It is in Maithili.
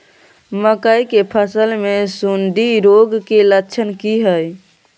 मकई के फसल मे सुंडी रोग के लक्षण की हय?